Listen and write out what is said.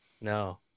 No